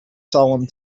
solemn